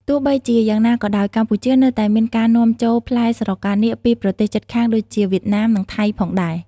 ទោះបីជាយ៉ាងណាក៏ដោយ កម្ពុជានៅតែមានការនាំចូលផ្លែស្រកានាគពីប្រទេសជិតខាងដូចជាវៀតណាម និងថៃ ផងដែរ។